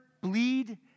bleed